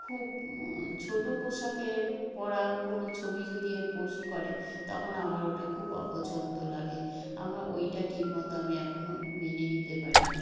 খুব ছোটো পোশাকের পরা কোনো ছবি যদি পোস্ট করে তখন আমার ওটা খুব অপছন্দ লাগে আমার ওইটা ঠিক মতো আমি এখনো মেনে নিতে পারি না